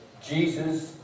Jesus